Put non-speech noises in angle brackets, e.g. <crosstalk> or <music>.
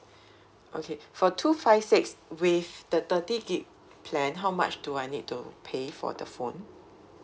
<breath> okay for two five six with the thirty gigabyte plan how much do I need to pay for the phone